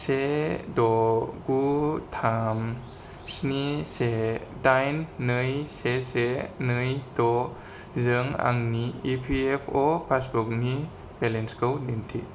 से द' गु थाम स्नि से दाइन नै से से नै द'जों आंनि इपिएफअ' पासबुकनि बेलेन्सखौ दिन्थि